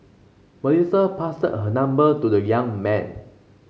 Melissa passed her number to the young man